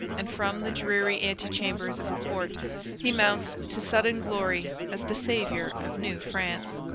and from the dreary antechambers of a court he mounts to sudden glory as the saviour of new france.